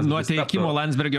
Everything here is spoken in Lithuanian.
nuo teikimo landsbergio